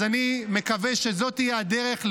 אז אני מקווה שזו תהיה הדרך,